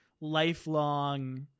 lifelong